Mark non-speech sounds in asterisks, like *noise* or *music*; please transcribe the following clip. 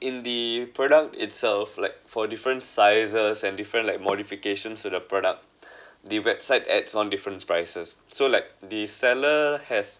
in the product itself like for different sizes and different like modifications to the product *breath* the website adds on different prices so like the seller has